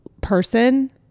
person